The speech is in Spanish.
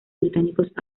británicos